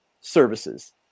services